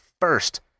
first